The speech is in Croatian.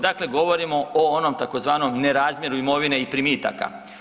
Dakle, govorimo o onom tzv. nerazmjeru imovine i primitaka.